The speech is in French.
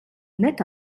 naît